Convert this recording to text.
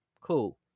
cool